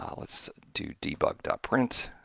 um let's do debug print.